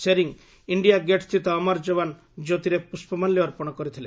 Tshering India Gate ସ୍ଥିତ ଅମର ଯବାନ୍ ଜ୍ୟୋତିରେ ପୁଷ୍ପମାଲ୍ୟ ଅର୍ପଣ କରିଥିଲେ